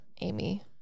Amy